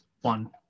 one